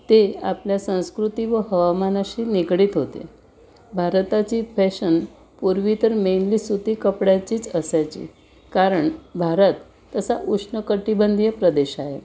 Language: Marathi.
ते आपल्या संस्कृती व हवामानाशी निगडीत होते भारताची फॅशन पूर्वी तर मेनली सुती कपड्याचीच असायची कारण भारत तसा उष्णकटिबंधीय प्रदेश आहे